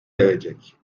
erecek